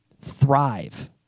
thrive